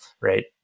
right